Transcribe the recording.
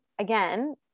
again